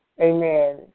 amen